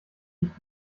nicht